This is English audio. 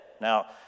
Now